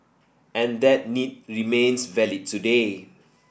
and that need remains valid today